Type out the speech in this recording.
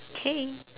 okay